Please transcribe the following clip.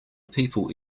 people